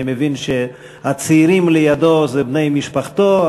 אני מבין שהצעירים לידו הם בני משפחתו,